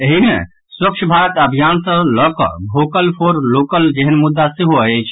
एहि मे स्वच्छ भारत अभियान सॅ लऽकऽ भोकल फॉर लोकल जेहेन मुद्दा सेहो अछि